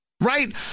Right